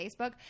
Facebook